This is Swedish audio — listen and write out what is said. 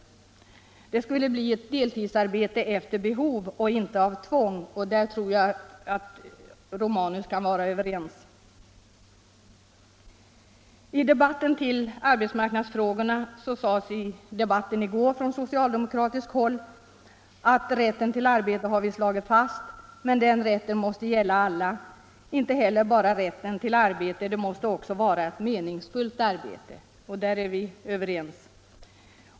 Det skulle bli fråga om deltidsarbete efter behov och inte av tvång. På den punkten tror jag att herr Romanus kan hålla med mig. I debatten om arbetsmarknadsfrågorna sades det från socialdemokratiskt håll i ett inlägg i går att vi har slagit fast rätten till arbete men att den rätten måste gälla alla. Det räcker inte med bara rätten till arbete — det måste också vara ett meningsfullt arbete. Därom är vi överens.